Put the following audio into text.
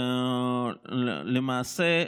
למעשה,